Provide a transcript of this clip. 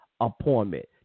appointment